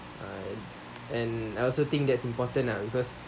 uh and I also think that's important lah because